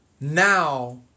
Now